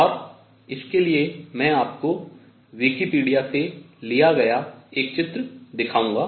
और उसके लिए मैं आपको विकिपीडिया से लिया गया एक चित्र दिखाऊंगा